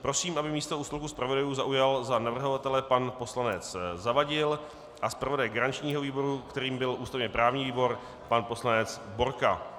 Prosím, aby místo u stolku zpravodajů zaujal za navrhovatele pan poslanec Zavadil a zpravodaj garančního výboru, kterým byl ústavněprávní výbor, pan poslanec Borka.